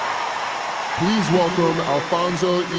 please welcome alfonso e.